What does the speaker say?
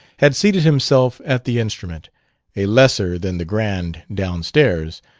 had seated himself at the instrument a lesser than the grand downstairs,